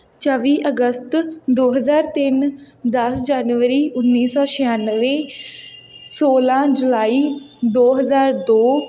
ਚੌਵੀ ਅਗਸਤ ਦੋ ਹਜ਼ਾਰ ਤਿੰਨ ਦਸ ਜਨਵਰੀ ਉੱਨੀ ਸੌ ਛਿਆਨਵੇਂ ਸੋਲ੍ਹਾਂ ਜੁਲਾਈ ਦੋ ਹਜ਼ਾਰ ਦੋ